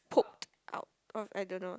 poked out of I don't know